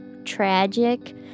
tragic